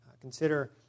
consider